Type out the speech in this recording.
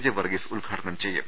J Varghese ഉദ്ഘാടനം ചെയ്യും